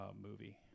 movie